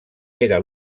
era